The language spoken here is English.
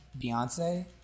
Beyonce